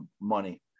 money